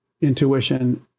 intuition